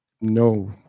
No